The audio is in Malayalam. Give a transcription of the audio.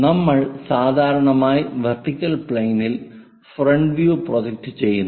നമ്മൾ സാധാരണയായി വെർട്ടിക്കൽ പ്ലെയിനിൽ ഫ്രണ്ട് വ്യൂ പ്രൊജക്റ്റ് ചെയ്യുന്നു